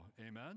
Amen